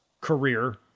career